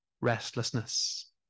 restlessness